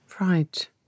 Right